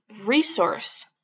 resource